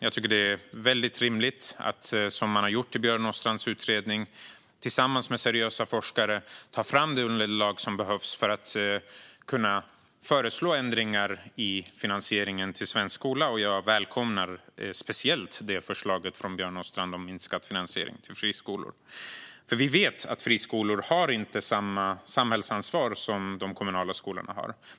Jag tycker att det är väldigt rimligt att, som man har gjort i Björn Åstrands utredning, tillsammans med seriösa forskare ta fram det underlag som behövs för att kunna föreslå ändringar i finansieringen av svensk skola. Jag välkomnar speciellt förslaget från Björn Åstrand om minskad finansiering till friskolor. Vi vet att friskolor inte har samma samhällsansvar som de kommunala skolorna har.